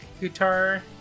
guitar